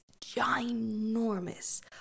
ginormous